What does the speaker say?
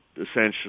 essentially